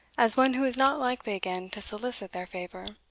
as one who is not likely again to solicit their favour.